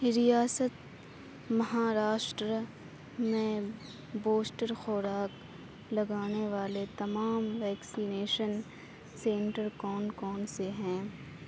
ریاست مہاراشٹر میں بوسٹر خوراک لگانے والے تمام ویکسینیشن سینٹر کون کون سے ہیں